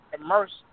immersed